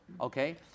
okay